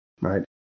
right